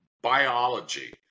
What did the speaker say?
biology